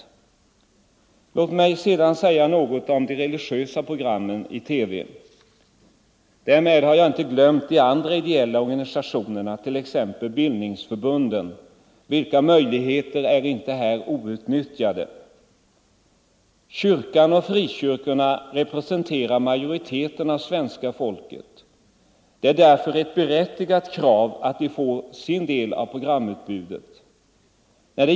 frågor Låt mig sedan säga något om de religiösa programmen i TV. Därmed har jag inte glömt de andra ideella organisationerna, t.ex. bildningsförbunden. Vilka möjligheter är inte här outnyttjade! Kyrkan och frikyrkorna representerar majoriteten av svenska folket. Det är därför ett berättigat krav att de får sin del av programutbudet.